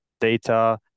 data